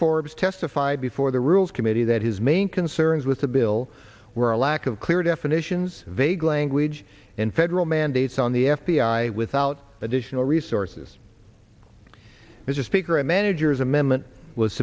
forbes testified before the rules committee that his main concerns with the bill were a lack of clear definitions vague language in federal mandates on the f b i without additional resources mr speaker a manager's amendment was